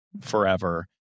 forever